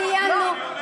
סיימנו.